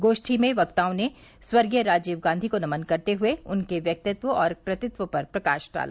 गोष्ठी में वक्ताओं ने स्वर्गीय राजीव गांधी को नमन करते हुए उनके व्यक्तित्व एवं कृतित्व पर प्रकाश डाला